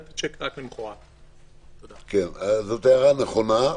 זאת הערה נכונה,